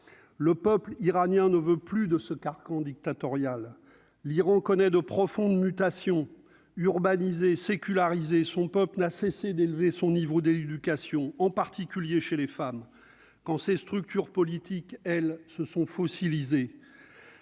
le peuple iranien ne veut plus de ce carcan dictatoriale l'Iran connaît de profondes mutations sécularisée son peuple a cessé d'élever son niveau de l'éducation, en particulier chez les femmes, quand ses structures politiques, elles se sont fossilisés